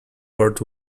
word